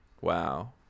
wow